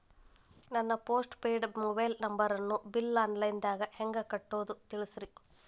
ನನ್ನ postpaid mobile ನಂಬರನ್ನು bill online ದಾಗ ಹೆಂಗ್ ಕಟ್ಟೋದು ತಿಳಿಸ್ರಿ